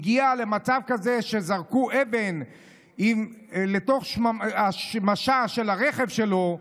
הגיע למצב כזה שזרקו אבן על שמשה של הרכב שלו,